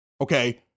Okay